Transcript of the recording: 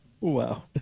Wow